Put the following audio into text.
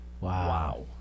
Wow